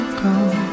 go